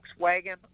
Volkswagen